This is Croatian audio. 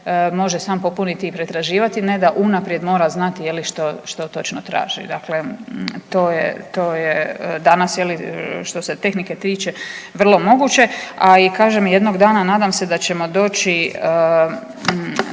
može sam popuniti i pretraživati, ne da unaprijed mora znati je li što točno traži. Dakle, to je, to je danas je li što se tehnike tiče vrlo moguće. A i kažem jednog dana nadam se da ćemo doći